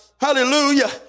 hallelujah